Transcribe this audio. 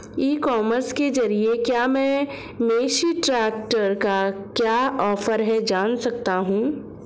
ई commerce के ज़रिए क्या मैं मेसी ट्रैक्टर का क्या ऑफर है जान सकता हूँ?